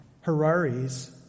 Harari's